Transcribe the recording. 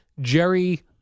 Jerry